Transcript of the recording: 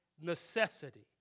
necessity